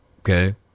okay